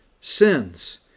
sins